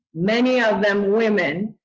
many of them women,